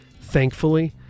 thankfully